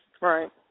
Right